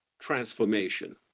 Transformation